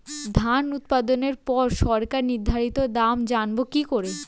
ধান উৎপাদনে পর সরকার নির্ধারিত দাম জানবো কি করে?